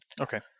Okay